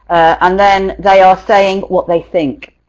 and then they are saying what they think.